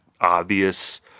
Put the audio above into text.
obvious